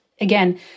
again